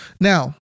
Now